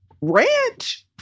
ranch